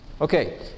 Okay